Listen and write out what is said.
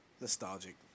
Nostalgic